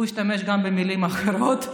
הוא השתמש במילים אחרות,